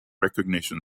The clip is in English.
recognition